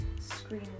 screen